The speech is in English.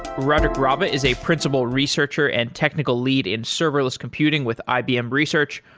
rodric rabbah is a principle researcher and technical lead in serverless computing with ibm research.